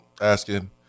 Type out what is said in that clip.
asking